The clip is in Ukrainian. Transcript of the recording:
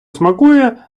смакує